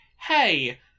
hey